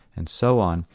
and so on,